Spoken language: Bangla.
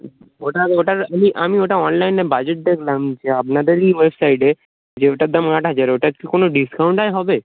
ওট ওটার আমি আমি ওটা অনলাইনে বাজেট দেখলাম যে আপনাদের এই ওয়েবসাইটে যে ওটার দাম আট হাজার ওটার কি কোনো ডিসকাউন্টে হবে